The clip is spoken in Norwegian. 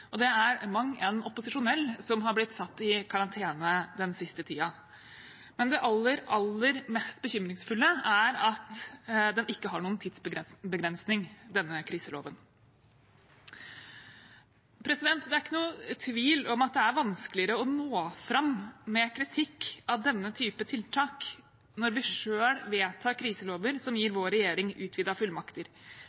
og det er mang en opposisjonell som har blitt satt i karantene den siste tiden. Men det aller mest bekymringsfulle er at denne kriseloven ikke har noen tidsbegrensning. Det er ikke noe tvil om at det er vanskeligere å nå fram med kritikk av denne typen tiltak når vi selv vedtar kriselover som gir